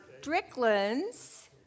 Strickland's